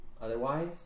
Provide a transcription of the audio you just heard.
Otherwise